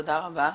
תודה רבה.